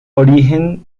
origen